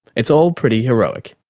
it's all pretty heroic.